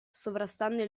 sovrastando